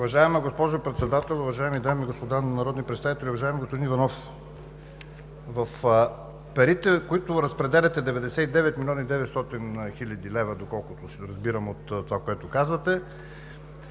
Уважаема госпожо Председател, уважаеми дами и господа народни представители, уважаеми господин Иванов! Парите, които разпределяте – 99 млн. 900 хил. лв., доколкото разбирам от това, което казвате,